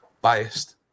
biased